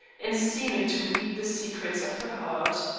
and seeming to read the secrets of her heart.